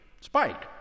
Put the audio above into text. Spike